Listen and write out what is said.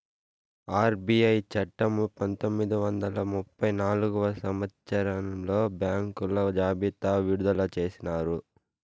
RBI చట్టము పంతొమ్మిది వందల ముప్పై నాల్గవ సంవచ్చరంలో బ్యాంకుల జాబితా విడుదల చేసినారు